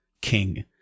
king